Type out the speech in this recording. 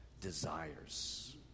desires